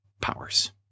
powers